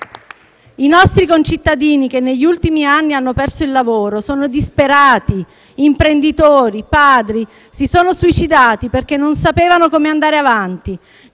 I nostri concittadini che negli ultimi anni hanno perso il lavoro sono disperati: imprenditori e padri si sono suicidati perché non sapevano come andare avanti.